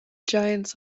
giants